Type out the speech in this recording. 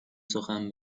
سخن